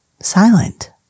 silent